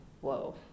whoa